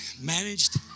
Managed